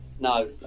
No